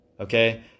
okay